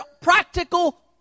practical